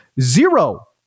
zero